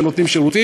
שהם נותנים שירותים.